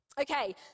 Okay